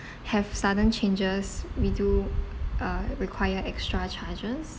have sudden changes we do uh require extra charges